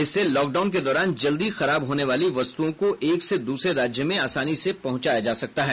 इससे लॉकडाउन के दौरान जल्दी खराब होने वाली वस्तुओं को एक से दूसरे राज्य में आसानी से पहुंचाया जा सकता है